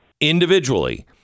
individually